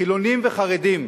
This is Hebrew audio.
חילונים וחרדים,